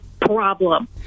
problem